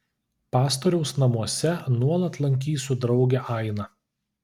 pastoriaus namuose nuolat lankysiu draugę ainą